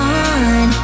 on